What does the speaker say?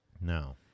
No